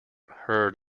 heard